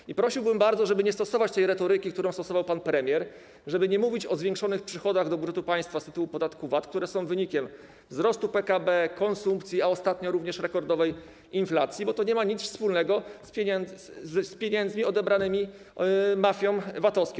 I prosiłbym bardzo, żeby nie stosować tej retoryki, którą stosował pan premier, i nie mówić o zwiększonych przychodach do budżetu państwa z tytułu podatku VAT, które są wynikiem wzrostu PKB, konsumpcji, a ostatnio również rekordowej inflacji, bo to nie ma nic wspólnego z pieniędzmi odebranymi mafiom VAT-owskim.